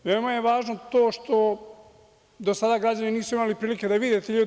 Veoma je važno to što do sada građani nisu imali prilike da vide te ljude.